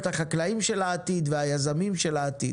החקלאים של העתיד והיזמים של העתיד.